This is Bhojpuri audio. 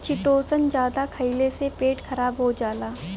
चिटोसन जादा खइले से पेट खराब हो जाला